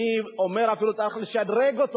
אני אומר שאפילו צריך לשדרג אותו,